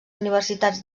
universitats